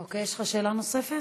אוקיי, יש לך שאלה נוספת?